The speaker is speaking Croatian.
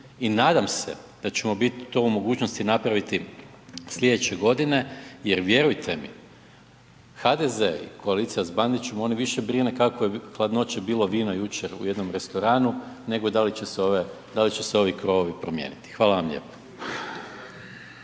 i nadam se da ćemo biti to u mogućnosti napraviti slijedeće godine jer vjerujte mi HDZ i koalicija s Bandićem oni više brine kakvo je hladnoće bilo vino jučer u jednom restoranu nego da li će se ovi krovovi promijeniti. Hvala vam lijepo.